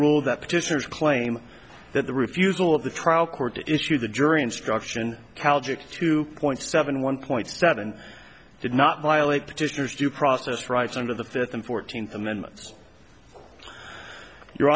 ruled that petitioners claim that the refusal of the trial court to issue the jury instruction two point seven one point start and did not violate petitioners due process rights under the fifth and fourteenth amendment your